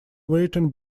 written